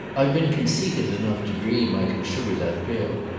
i've been conceited enough to dream i can sugar that pill.